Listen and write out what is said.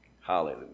Hallelujah